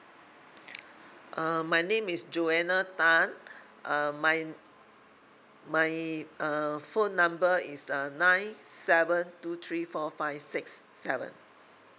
um my name is joanna tan uh my my err phone number is uh nine seven two three four five six seven